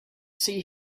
see